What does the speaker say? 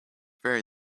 very